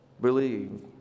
believe